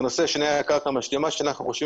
והנושא השני היה קרקע משלימה שאנחנו חושבים